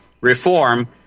reform